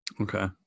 Okay